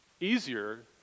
easier